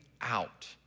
out